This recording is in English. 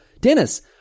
dennis